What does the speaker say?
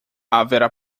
haverá